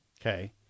okay